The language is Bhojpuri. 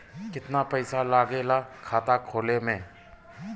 कितना पैसा लागेला खाता खोले में?